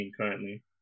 currently